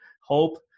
Hope